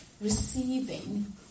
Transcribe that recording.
receiving